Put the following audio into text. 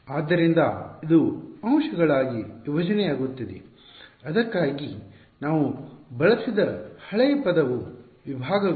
ಆದ್ದರಿಂದ ಇದು ಅಂಶಗಳಾಗಿ ವಿಭಜನೆಯಾಗುತ್ತಿದೆ ಅದಕ್ಕಾಗಿ ನಾವು ಬಳಸಿದ ಹಳೆಯ ಪದವು ವಿಭಾಗಗಳು